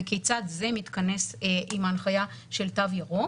וכיצד זה מתכנס עם ההנחיה של תו ירוק,